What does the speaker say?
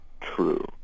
true